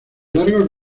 largos